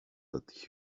that